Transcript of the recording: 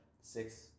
six